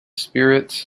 spirits